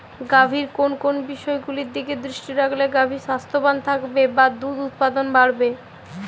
গাভীর কোন কোন বিষয়গুলোর দিকে দৃষ্টি রাখলে গাভী স্বাস্থ্যবান থাকবে বা দুধ উৎপাদন বাড়বে?